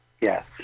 Yes